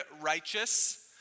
righteous